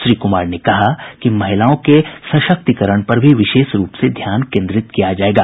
श्री कुमार ने कहा कि महिलाओं के सशक्तिकरण पर भी विशेष रूप से ध्यान केंद्रित किया जायेगा